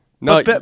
No